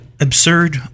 absurd